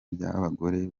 by’abagore